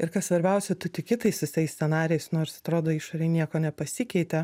ir kas svarbiausia tu tiki tais visais scenarijais nors atrodo išorėj nieko nepasikeitė